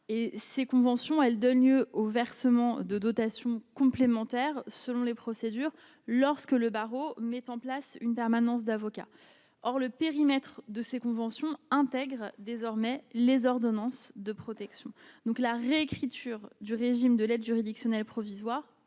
ces conventions, elle donne lieu au versement de dotations complémentaires, selon les procédures lorsque le barreau mettent en place une permanence d'avocats, or le périmètre de ces conventions intègre désormais les ordonnances de protection donc la réécriture du régime de l'aide juridictionnelle provisoire